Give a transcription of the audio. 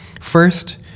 First